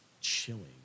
chilling